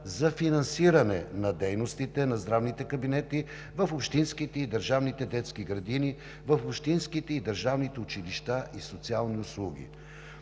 за финансирането на дейностите на здравните кабинети в общинските и държавните детски градини, в общинските и държавните училища и социални услуги;